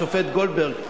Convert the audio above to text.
השופט גולדברג.